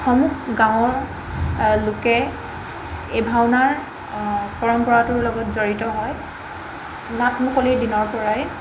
সমূহ গাঁৱৰ লোকে এই ভাওনাৰ পৰম্পৰাটোৰ লগত জড়িত হয় নাট মুকলিৰ দিনৰ পৰাই